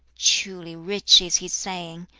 truly rich is his saying!